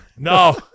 No